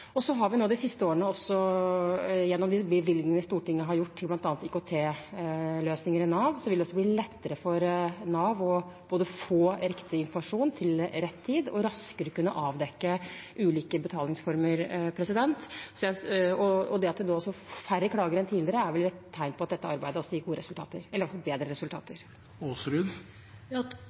bevilgningene Stortinget har gjort til bl.a. IKT-løsninger i Nav de siste årene, vil det også bli lettere for Nav både å få riktig informasjon til rett tid og raskere kunne avdekke ulike betalingsformer. Det at det nå også er færre klager enn tidligere, er vel et tegn på at dette arbeidet gir gode resultater, eller iallfall bedre